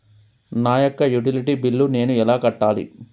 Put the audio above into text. నా యొక్క utility bill నేను ఎలా కట్టాలి?